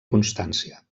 constància